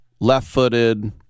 left-footed